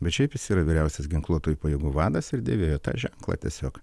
bet šiaip jis yra vyriausias ginkluotųjų pajėgų vadas ir dėvėjo tą ženklą tiesiog